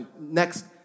next